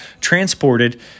transported